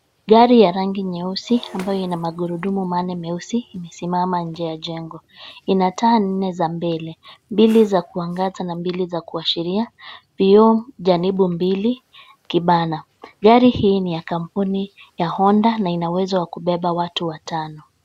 Gari ya rangi nyeusi ambayo ina magurudumu manne meusi imesimama inje ya jengo. Ina taa nne za mbele, mbili za kuangaza na mbili za kuashiria. Vioo janipu mbili kibana. Gari hii ni ya kampuni ya Honda na ina uwezo wa kubeba watu watano.